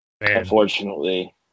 Unfortunately